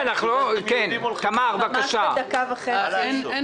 ממש בדקה וחצי.